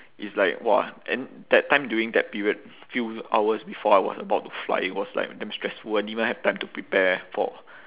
it's like !wah! and that time during that period few hours before I was about to fly it was like damn stressful I didn't even have time to prepare for